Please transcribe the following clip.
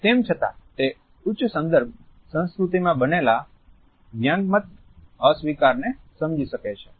તેમ છતાં તે ઉચ્ચ સંદર્ભ સંસ્કૃતિમાં બનેલા વ્યંગાત્મક અસ્વીકારને સમજી શકશે નહિ